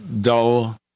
dull